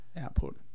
output